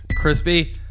crispy